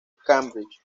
cambridge